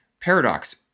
paradox